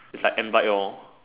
is like Ant bite lor